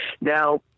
Now